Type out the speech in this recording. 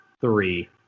three